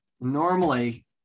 Normally